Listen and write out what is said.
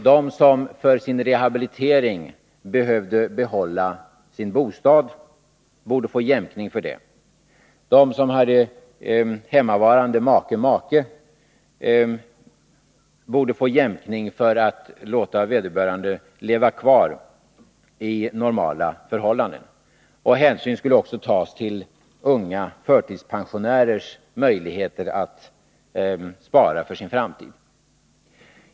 De som för sin rehabilitering behövde behålla sin bostad borde få jämkning av det skälet. De som hade hemmavarande make/maka borde få jämkning för att vederbörande skulle kunna leva kvar i normala förhållanden. Hänsyn skulle också tas till unga förtidspensionärers möjligheter att spara för sin framtid.